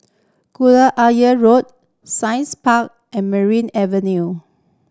Ayer Road Science Park and Merryn Avenue